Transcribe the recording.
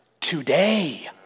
today